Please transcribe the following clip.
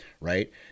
right